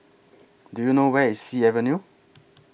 Do YOU know Where IS Sea Avenue